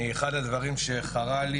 אחד הדברים שחרה לי,